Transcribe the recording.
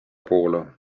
poole